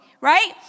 right